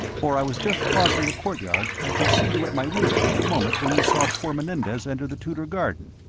for i was just crossing the courtyard and could see you at my window at the moment when you saw poor menendez enter the tudor garden.